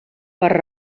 per